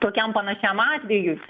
tokiam panašiam atvejui